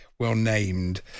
well-named